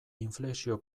inflexio